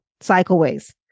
cycleways